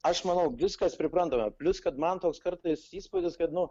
aš manau viskas priprantama plius kad man toks kartais įspūdis kad nu